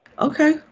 Okay